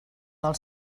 del